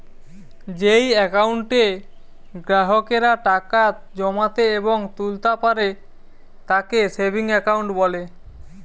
যেই একাউন্টে গ্রাহকেরা টাকা জমাতে এবং তুলতা পারে তাকে সেভিংস একাউন্ট বলে